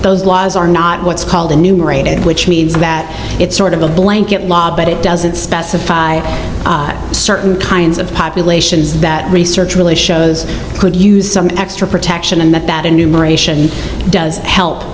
those laws are not what's called a numerated which means that it's sort of a blanket law but it doesn't specify certain kinds of populations that research really shows could use some extra protection and that that